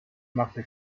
machte